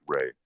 Ray